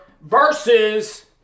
versus